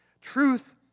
Truth